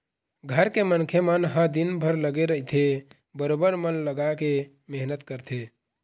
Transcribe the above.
घर के मनखे मन ह दिनभर लगे रहिथे बरोबर मन लगाके मेहनत करथे